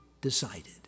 decided